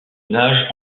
nage